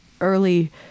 early